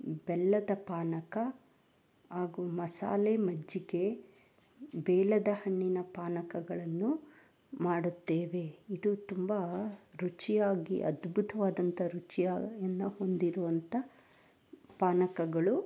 ಬೆಲ್ಲದ ಪಾನಕ ಹಾಗೂ ಮಸಾಲೆ ಮಜ್ಜಿಗೆ ಬೇಲದ ಹಣ್ಣಿನ ಪಾನಕಗಳನ್ನು ಮಾಡುತ್ತೇವೆ ಇದು ತುಂಬ ರುಚಿಯಾಗಿ ಅದ್ಭುತವಾದಂತ ರುಚಿಯನ್ನು ಹೊಂದಿರುವಂತ ಪಾನಕಗಳು